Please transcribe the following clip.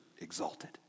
exalted